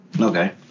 Okay